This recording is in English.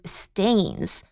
stains